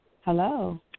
Hello